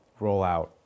rollout